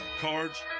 cards